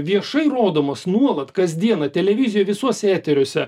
viešai rodomas nuolat kasdieną televizijoje visuose eteriuose